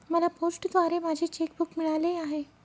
मला पोस्टाद्वारे माझे चेक बूक मिळाले आहे